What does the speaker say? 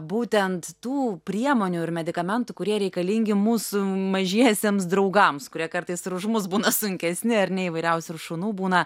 būtent tų priemonių ir medikamentų kurie reikalingi mūsų mažiesiems draugams kurie kartais ir už mus būna sunkesni ar ne įvairiausių ir šunų būna